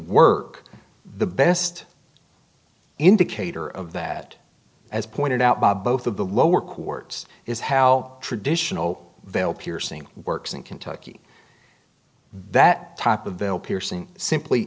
work the best indicator of that as pointed out by both of the lower courts is how traditional veil piercing works in kentucky that top of the piercing simply